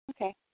Okay